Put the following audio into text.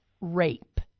rape